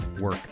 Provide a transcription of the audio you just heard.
work